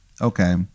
Okay